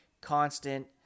constant